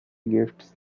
gifts